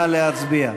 נא להצביע.